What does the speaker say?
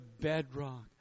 bedrock